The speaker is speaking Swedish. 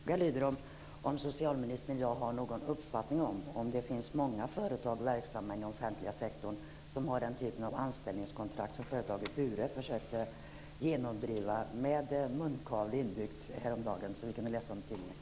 Fru talman! Min följdfråga lyder så här: Har socialministern i dag någon uppfattning om ifall det finns många företag verksamma inom den offentliga sektorn som har den typ av anställningskontrakt med inbyggd munkavle som företaget Bure försökte genomdriva häromdagen? Vi kunde läsa om det i tidningarna.